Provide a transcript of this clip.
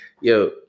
Yo